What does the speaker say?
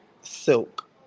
Silk